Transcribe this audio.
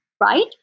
right